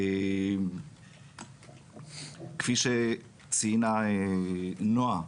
כפי שציינה נועה,